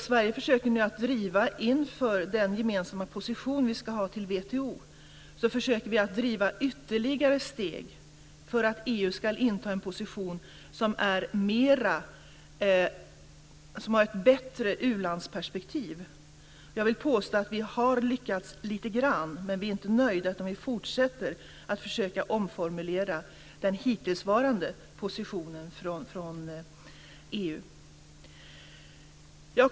Sverige försöker nu, inför den gemensamma position som vi ska ha till WTO, att driva fram ytterligare steg för att EU ska inta en position som har ett bättre ulandsperspektiv. Jag vill påstå att vi har lyckats lite grann, men vi är inte nöjda, utan vi fortsätter att försöka omformulera den hittillsvarande positionen från EU.